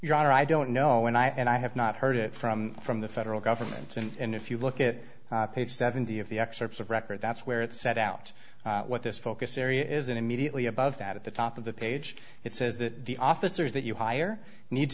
honor i don't know and i and i have not heard it from from the federal government and if you look at page seventy of the excerpts of record that's where it set out what this focus area is an immediately above that at the top of the page it says that the officers that you hire need